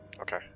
Okay